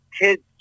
Kids